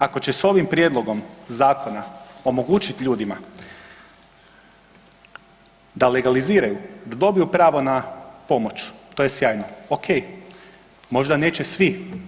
Ako će sa ovim prijedlogom zakona omogućiti ljudima da legaliziraju, da dobiju pravo na pomoć to je sjajno, o.k. Možda neće svi.